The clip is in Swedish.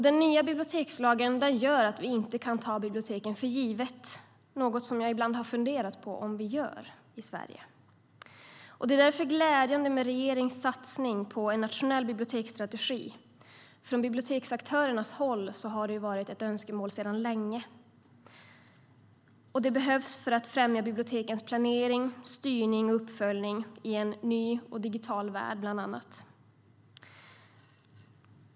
Den nya bibliotekslagen gör att vi inte kan ta biblioteken för givna, något som jag ibland har funderat på om vi gör i Sverige. Det är därför glädjande med regeringens satsning på en nationell biblioteksstrategi. Från biblioteksaktörernas håll har det varit ett önskemål sedan länge. Det behövs för att främja bibliotekens planering, styrning och uppföljning, bland annat i en ny och digital värld.